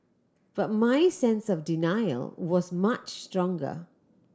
but my sense of denial was much stronger